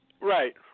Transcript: Right